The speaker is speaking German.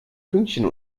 pünktchen